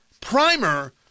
primer